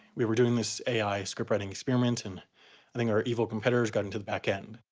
we were doing this ai scriptwriting experiment and i think our evil competitors got into the back end.